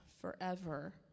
forever